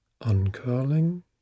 uncurling